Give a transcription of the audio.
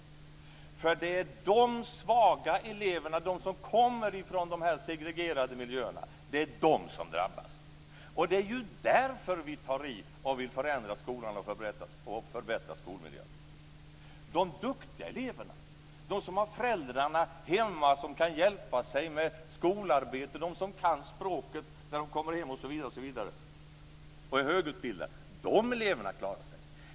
För det är de svaga eleverna, de som kommer från de segregerade miljöerna, som drabbas. Det är därför vi tar i och vill förändra skolan och förbättra skolmiljön. De duktiga eleverna, de som har föräldrar hemma som kan hjälpa sig med skolarbetet, som kan språket och som är högutbildade, klarar sig.